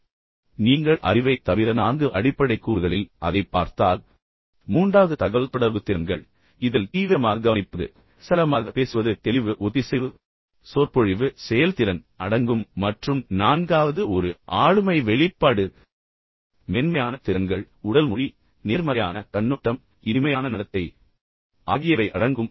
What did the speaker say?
மீண்டும் நீங்கள் அறிவைத் தவிர நான்கு அடிப்படை கூறுகளில் அதைப் பார்த்தால் மூன்றாவது தகவல்தொடர்பு திறன்கள் இதில் தீவிரமாக கவனிப்பது சரளமாக பேசுவது தெளிவு ஒத்திசைவு சொற்பொழிவு செயல்திறன் அடங்கும் மற்றும் நான்காவது ஒரு ஆளுமை வெளிப்பாடு மென்மையான திறன்கள் உடல் மொழி நேர்மறையான கண்ணோட்டம் இனிமையான நடத்தை ஆகியவை அடங்கும்